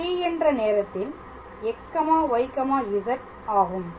t என்ற நேரத்தில் xyz ஆகும்